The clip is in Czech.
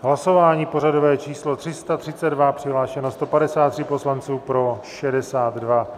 Hlasování pořadové číslo 332, přihlášeno 153 poslanců, pro 62.